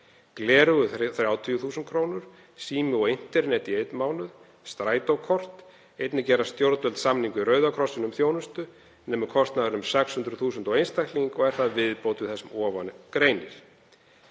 gleraugu 30.000 kr., sími og internet í einn mánuð, strætókort. Einnig gera stjórnvöld samning við Rauða krossinn um þjónustu, nemur kostnaðurinn um 600.000 kr. á einstakling og er það viðbót við það sem að ofan greinir.